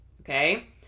okay